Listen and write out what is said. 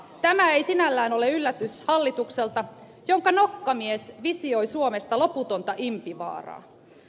tämä ei sinällään ole yllätys hallitukselta jonka nokkamies visioi suomesta loputonta impivaaraa